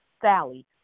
Sally